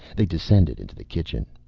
they descended into the kitchen.